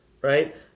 right